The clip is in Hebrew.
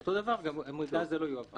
אותו דבר גם המידע הזה לא יועבר.